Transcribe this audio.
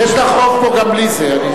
יש לך רוב פה גם בלי זה.